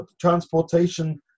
transportation